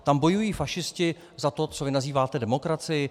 Tam bojují fašisti za to, co vy nazýváte demokracií?